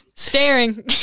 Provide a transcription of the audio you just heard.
staring